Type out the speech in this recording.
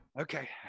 Okay